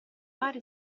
fare